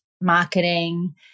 marketing